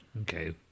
Okay